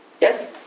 Yes